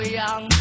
young